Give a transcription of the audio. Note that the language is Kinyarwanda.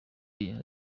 year